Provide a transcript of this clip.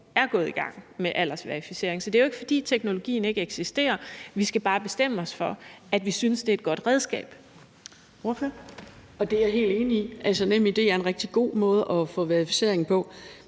er gået i gang med aldersverificering, så det er jo ikke, fordi teknologien ikke eksisterer. Vi skal bare bestemme os for, at vi synes, at det er et godt redskab.